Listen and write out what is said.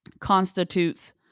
constitutes